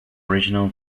original